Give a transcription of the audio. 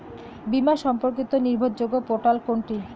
বীমা সম্পর্কিত নির্ভরযোগ্য পোর্টাল কোনটি?